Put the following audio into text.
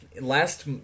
last